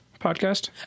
podcast